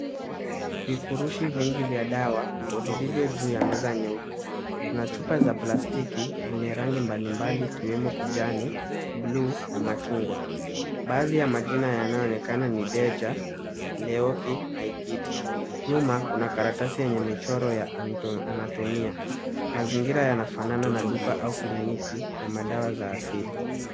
Vifurushi vingi vya dawa, vilivyo juu ya meza nyeupe. Kuna chupa za plastiki zenye rangi mbalimbali ikiwemo kijani, bluu na machungwa. Baadhi ya majina yanayoonekana ni Deja, Leoki na Ikiti. Nyuma kuna karatasi ya michoro ya Antonia . Mazingira yanafanana na duka au Kliniki ya dawa za asili.